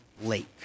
lake